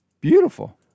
Beautiful